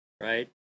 right